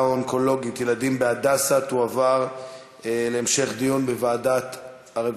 האונקולוגית לילדים ב"הדסה" תועבר להמשך דיון בוועדת הרווחה.